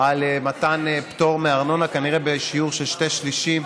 על מתן פטור מארנונה, כנראה בשיעור של שני שלישים,